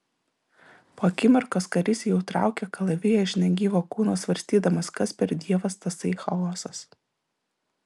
po akimirkos karys jau traukė kalaviją iš negyvo kūno svarstydamas kas per dievas tasai chaosas